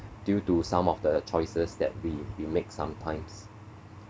due to some of the choices that we we make sometimes